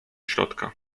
środka